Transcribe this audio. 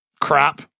crap